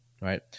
right